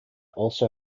also